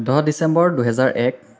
দহ ডিচেম্বৰ দুহেজাৰ এক